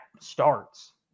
starts